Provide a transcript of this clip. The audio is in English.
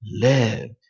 live